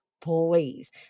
please